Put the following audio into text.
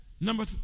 Number